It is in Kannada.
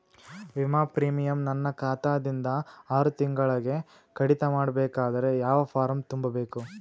ವಿಮಾ ಪ್ರೀಮಿಯಂ ನನ್ನ ಖಾತಾ ದಿಂದ ಆರು ತಿಂಗಳಗೆ ಕಡಿತ ಮಾಡಬೇಕಾದರೆ ಯಾವ ಫಾರಂ ತುಂಬಬೇಕು?